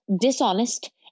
dishonest